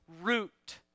root